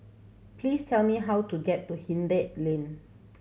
please tell me how to get to Hindhede Lane